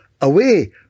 away